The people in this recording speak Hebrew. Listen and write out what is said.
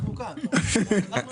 אבל כאן אתה מתערב בשוק.